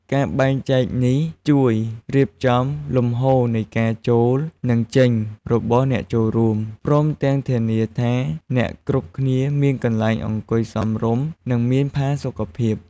ការបែងចែកនេះជួយរៀបចំលំហូរនៃការចូល និងចេញរបស់អ្នកចូលរួម ព្រមទាំងធានាថាអ្នកគ្រប់គ្នាមានកន្លែងអង្គុយសមរម្យ និងមានផាសុកភាព។